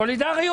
סולידריות?